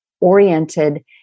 oriented